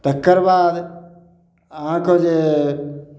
तकर बाद अहाँके जे